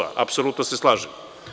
Apsolutno se slažem.